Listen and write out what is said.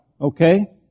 Okay